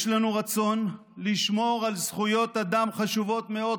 יש לנו רצון לשמור על זכויות אדם חשובות מאוד,